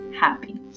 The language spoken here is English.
happy